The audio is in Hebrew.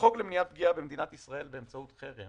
בחוק למניעת פגיעה במדינת ישראל באמצעות חרם